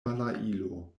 balailo